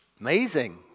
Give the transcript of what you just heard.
Amazing